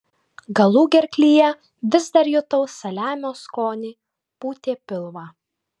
galugerklyje vis dar jutau saliamio skonį pūtė pilvą